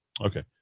Okay